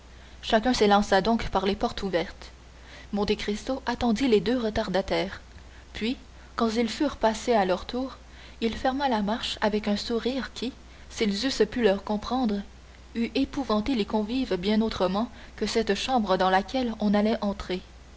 chacun s'élança donc par les portes ouvertes monte cristo attendit les deux retardataires puis quand ils furent passés à leur tour il ferma la marche avec un sourire qui s'ils eussent pu le comprendre eût épouvanté les convives bien autrement que cette chambre dans laquelle on allait entrer